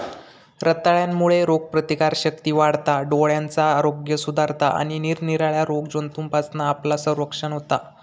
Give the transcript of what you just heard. रताळ्यांमुळे रोगप्रतिकारशक्ती वाढता, डोळ्यांचा आरोग्य सुधारता आणि निरनिराळ्या रोगजंतूंपासना आपला संरक्षण होता